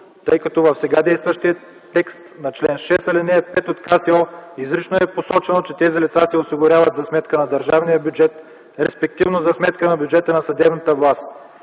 тъй като в сега действащия текст на чл. 6, ал. 5 от КСО е изрично посочено, че тези лица се осигуряват за сметка на държавния бюджет, респективно за сметка на бюджета на съдебната власт.